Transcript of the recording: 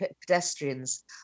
pedestrians